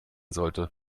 sollte